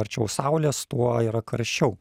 arčiau saulės tuo yra karščiau